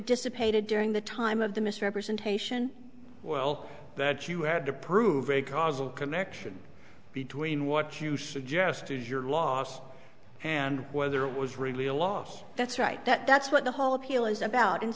dissipated during the time of the misrepresentation well that you had to prove a causal connection between what you suggest is your loss and whether it was really a loss that's right that's what the whole appeal is about and